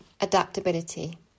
adaptability